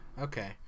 Okay